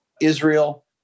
Israel